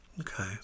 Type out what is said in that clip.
okay